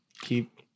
keep